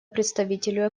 представителю